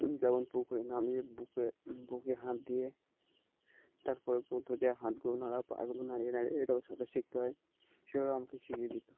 যেমন পুকুর নামিয়ে বুকে বুকে হাত দিয়ে তারপরে বলত যে হাত গুলো নাড়া পা গুলো নাড়িয়ে নাড়িয়ে এভাবে সাঁতার শিখতে হয় সেভাবে আমাকে শিখিয়ে দিত